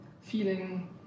feeling